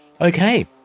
Okay